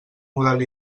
model